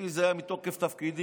אם זה היה מתוקף תפקידי,